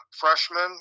freshman